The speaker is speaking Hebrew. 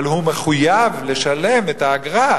אבל הוא מחויב לשלם את האגרה.